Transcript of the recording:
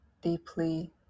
deeply